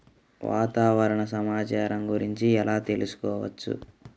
వాతావరణ సమాచారం గురించి ఎలా తెలుసుకోవచ్చు?